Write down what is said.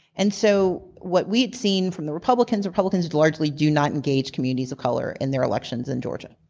and so what we had seen from the republicans, republicans largely do not engage communities of color in their elections in georgia.